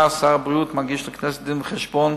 שר הבריאות מגיש לכנסת דין-וחשבון,